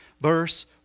verse